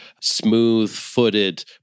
smooth-footed